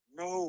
no